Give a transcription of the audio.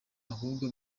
ahubwo